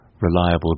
reliable